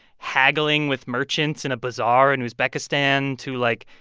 haggling with merchants in a bazaar in uzbekistan to, like,